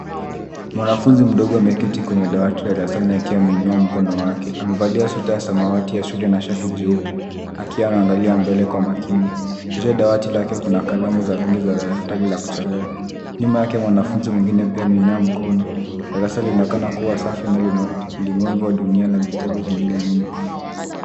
Mwanafunzi mdogo wa kike ameketi kwenye dawati darasani, akiwa ameinua mkono wake juu. Mbali, yanaonekana madawati mengine ya shule na viti vyote. Anaelekeza macho yake mbele kwa umakini. Juu ya dawati lake kuna kalamu za rangi pamoja na daftari la kuchorea. Nyuma yake, mwanafunzi mwingine pia ameuinua mkono. Darasa linaonekana safi, likiwa na bango lenye ujumbe wa dunia na vitabu vingine nyuma